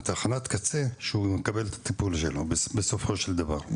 הוא צריך בתחנת הקצה לקבל את הטיפול שלו בסופו של דבר.